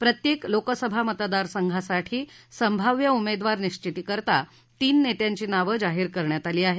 प्रत्येक लोकसभा मतदार संघासाठी संभाव्य उमेदवार निश्वितीकरता तीन नेत्यांची नावं जाहीर करण्यात आली आहेत